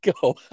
go